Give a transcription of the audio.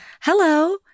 Hello